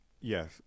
Yes